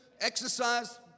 Exercise